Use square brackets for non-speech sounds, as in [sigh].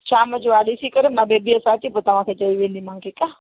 शाम जो हा ॾिसी करे मां [unintelligible] पोइ तवांखे चई वेंदीमांव ठीकु आहे